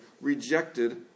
rejected